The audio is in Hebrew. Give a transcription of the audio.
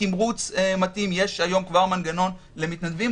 תמרוץ מתאים יש היום כבר מנגנון למתנדבים.